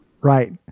right